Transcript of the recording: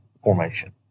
formation